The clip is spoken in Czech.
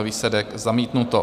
Výsledek: zamítnuto.